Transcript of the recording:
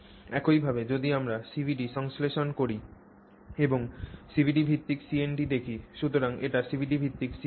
একইভাবে যদি আমরা CVD সংশ্লেষণ করি এবং আমরা CVD ভিত্তিক CNT দেখি সুতরাং এটি CVD ভিত্তিক CNT